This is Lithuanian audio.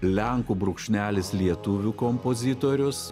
lenkų brūkšnelis lietuvių kompozitorius